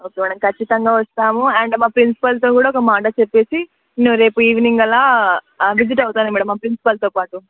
okay madam ఖచ్చితంగా వస్తాము and మా ప్రిన్సిపల్తో కూడా ఒక మాట చెప్పి నేను రేపు ఈవెనింగ్ అలా విసిట్ అవుతాను మా ప్రిన్సిపల్తో పాటు